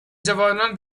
جوانان